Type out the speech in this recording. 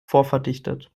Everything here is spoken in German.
vorverdichtet